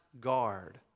guard